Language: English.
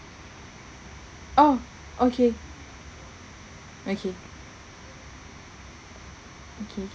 oh okay okay okay